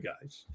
guys